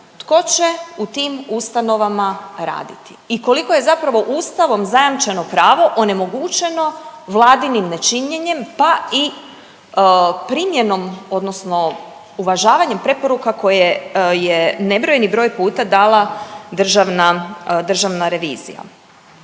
tko će u tim ustanovama raditi i koliko je zapravo Ustavom zajamčeno pravo onemogućeno Vladinim nečinjenjem pa i primjenom odnosno uvažavanjem preporuka koje je nebrojeni broj puta dala državna, državna